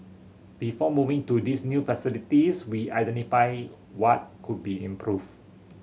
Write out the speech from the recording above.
before moving to this new facilities we identified what could be improved